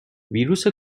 ویروس